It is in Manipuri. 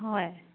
ꯍꯣꯏ